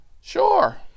Sure